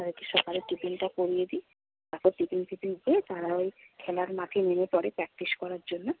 তাদেরকে সকালের টিফিনটা করিয়ে দিই তারপর টিফিন ফিফিন হয়ে তারা ওই খেলার মাঠে নেমে পড়ে প্র্যাকটিস করার জন্য